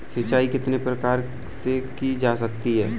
सिंचाई कितने प्रकार से की जा सकती है?